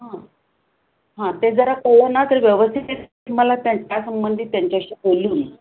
हां हां ते जरा कळलं ना तर व्यवस्थितरित्या मला त्यां त्यासंबंधी त्यांच्याशी बोलून